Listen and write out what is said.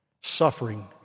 suffering